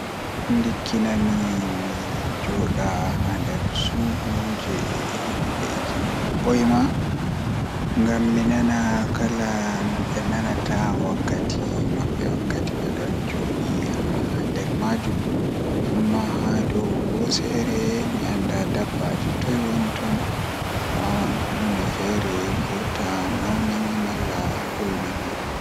Ndikkinami mi jooda haa nder suudu be hundeeji boima heba mi nana ko be nanata wakkati mabbe wakkati bedon joodi haa nder maajum, Amma haa dow hoosere mi anda dabbaaji toi woni ton wawan hunde feere wurta nawna mi malla hulnami.